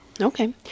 Okay